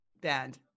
band